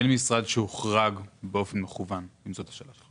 אין משרד שהוחרג באופן מכוון, אם זאת השאלה שלך.